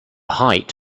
height